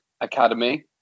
Academy